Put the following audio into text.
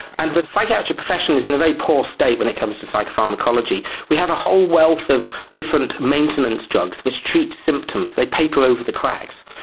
and the psychiatric profession is in a very poor state when it comes to psychopharmacology. we have a whole wealth of different maintenance drugs which treat symptoms, they paper over the cracks.